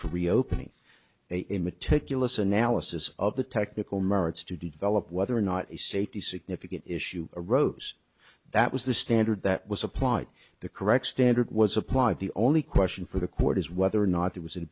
for reopening a meticulous analysis of the technical merits to develop whether or not a safety significant issue arose that was the standard that was applied the correct standard was applied the only question for the court is whether or not there was